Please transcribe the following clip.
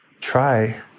try